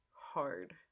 hard